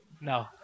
No